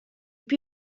più